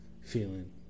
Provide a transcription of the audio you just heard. feeling